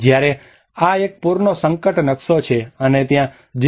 જ્યારે આ એક પૂરનો સંકટ નકશો છે અને ત્યાં 0